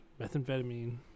methamphetamine